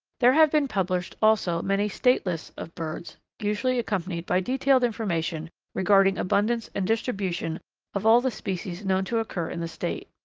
there have been published also many state lists of birds, usually accompanied by detailed information regarding abundance and distribution of all the species known to occur in the state.